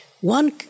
One